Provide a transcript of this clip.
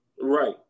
right